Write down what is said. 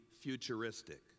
futuristic